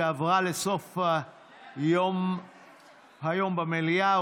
שעברה לסוף היום במליאה.